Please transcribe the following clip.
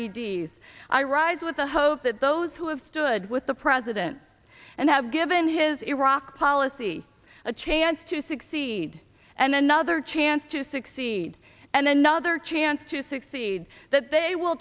e d s i rise with the hope that those who have stood with the president and have given his iraq policy a chance to succeed and another chance to succeed and another chance to succeed that they will